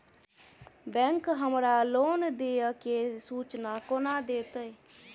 Bank हमरा loan देय केँ सूचना कोना देतय?